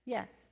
Yes